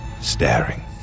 staring